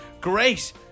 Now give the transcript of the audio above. Great